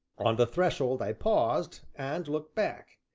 on the threshold i paused, and looked back.